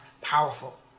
powerful